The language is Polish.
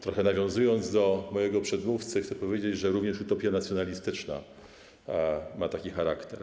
Trochę nawiązując do mojego przedmówcy, chcę powiedzieć, że również utopia nacjonalistyczna ma taki charakter.